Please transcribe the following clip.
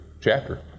chapter